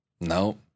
no